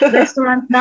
restaurant